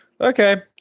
okay